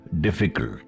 difficult